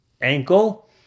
ankle